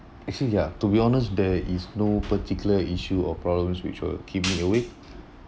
actually ya to be honest there is no particular issue or problems which will keep me awake